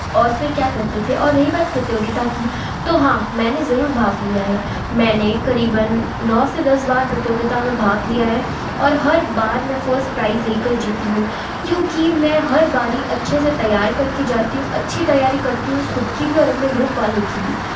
और फिर क्या करते थे और रही बात प्रतियोगिता की तो हाँ मैंने ज़रूर भाग लिया है मैंने क़रीबन नौ से दस बार प्रतियोगिता में भाग लिया है और हर बार मैं फ़र्स्ट प्राइज़ ले कर जीती हूँ क्योंकि मैं हर बार ही अच्छे से तैयारी कर के जाती हूँ अच्छी तैयारी करती हूँ ख़ुद की भी और अपने ग्रुप वालों की भी